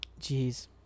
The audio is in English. Jeez